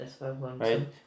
right